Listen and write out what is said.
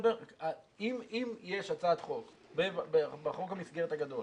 אם יש הצעת חוק בחוק המסגרת הגדול